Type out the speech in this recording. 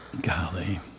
golly